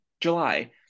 July